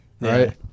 right